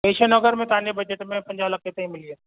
केशव नगर में तव्हां जे बजट में पंजाह लखे ताईं मिली वेंदो